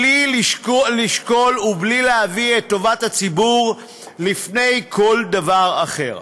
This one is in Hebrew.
בלי לשקול ובלי להביא את טובת הציבור לפני כל דבר אחר.